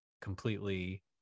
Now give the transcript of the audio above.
completely